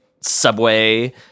Subway